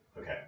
okay